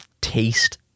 Taste